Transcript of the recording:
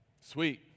sweet